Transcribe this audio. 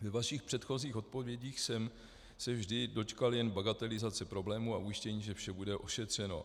Ve vašich předchozích odpovědích jsem se vždy dočkal jen bagatelizace problému a ujištění, že vše bude ošetřeno.